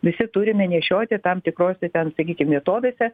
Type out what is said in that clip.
visi turime nešioti tam tikrose ten sakykim vietovėse